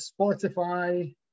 Spotify